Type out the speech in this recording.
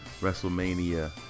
WrestleMania